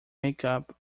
makeup